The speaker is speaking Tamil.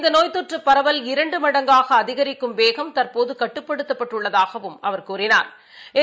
இந்தநோய் தொற்றுபரவல் இரண்டு மடங்காகஅதிகரிக்கும் வேகம் தற்போதுகட்டுப்படுத்தப்பட்டுள்ளதாகவும் அவா் கூறினாா்